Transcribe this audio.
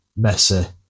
Messi